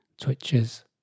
twitches